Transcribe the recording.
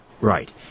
Right